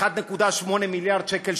1.8 מיליארד שקל,